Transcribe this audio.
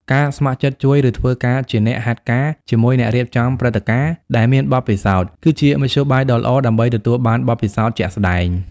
ការ ស្ម័គ្រចិត្តជួយ ឬធ្វើការជាអ្នកហាត់ការជាមួយអ្នករៀបចំព្រឹត្តិការណ៍ដែលមានបទពិសោធន៍ គឺជាមធ្យោបាយដ៏ល្អដើម្បីទទួលបានបទពិសោធន៍ជាក់ស្តែង។